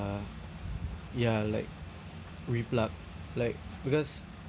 ya like replug like because